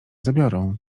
zabiorą